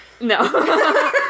No